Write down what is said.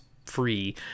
Free